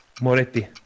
Moretti